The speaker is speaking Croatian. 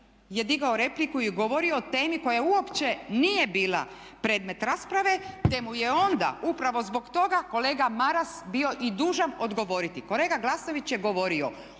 je digao repliku i govorio o temi koja uopće nije bila predmet rasprave te mu je onda upravo zbog toga kolega Maras bio i dužan odgovoriti. Kolega Glasnović je govorio